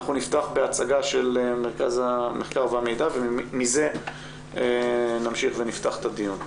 אנחנו נפתח בהצגה של מרכז המחקר והמידע ומזה נמשיך ונפתח את הדיון.